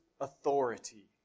authority